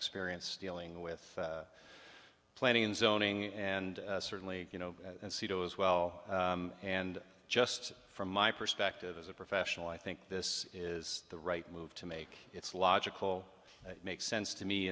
experience dealing with planning and zoning and certainly you know as well and just from my perspective as a professional i think this is the right move to make it's logical makes sense to me